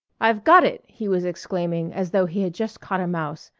i've got it, he was exclaiming as though he had just caught a mouse.